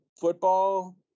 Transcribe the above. football